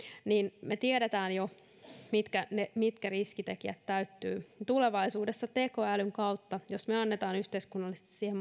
niin me tiedämme jo mitkä riskitekijät täyttyvät tulevaisuudessa tekoälyn kautta jos me annamme yhteiskunnallisesti siihen